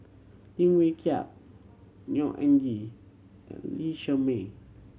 Lim Wee Kiak Neo Anngee and Lee Shermay